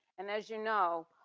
and as you know,